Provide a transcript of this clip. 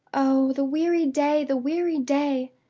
oh, the weary day! the weary day!